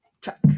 Truck